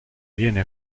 viene